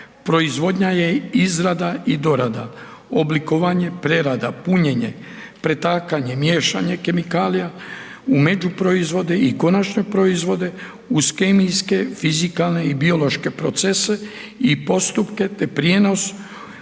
Proizvodnja je izrada i dorada, oblikovanje, prerada, punjenje, pretakanje, miješanje kemikalija u međuproizvode i konačne proizvode uz kemijske, fizikalne i biološke procese i postupke, te prijenos